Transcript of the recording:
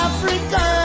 Africa